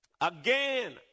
Again